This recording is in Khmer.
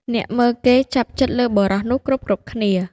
អ្នកមើលគេចាប់ចិត្តលើបុរសនោះគ្រប់ៗគ្នា។